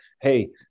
hey